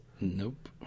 Nope